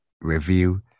review